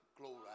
Glory